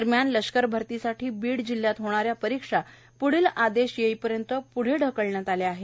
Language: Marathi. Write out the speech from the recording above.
दरम्यान लष्कर भर्तीसाठी बीड जिल्ह्यात होणाऱ्या परीक्षा प्ढील आदेश येईपर्यंत प्ढे ढकलण्यात आल्या आहेत